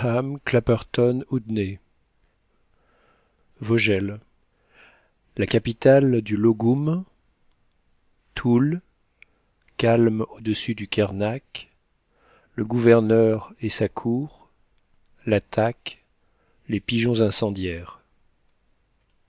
vogel la capitale du loggoum toole calme au-dessus du kernak le gouverneur et sa cour l'attaque les pigeons incendiaires